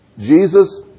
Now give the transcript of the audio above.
Jesus